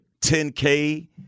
10K